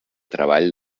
treball